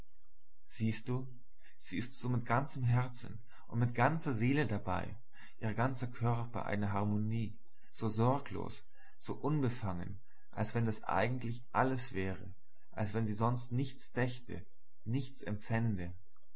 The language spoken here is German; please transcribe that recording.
siehst du sie ist so mit ganzem herzen und mit ganzer seele dabei ihr ganzer körper eine harmonie so sorglos so unbefangen als wenn das eigentlich alles wäre als wenn sie sonst nichts dächte nichts empfände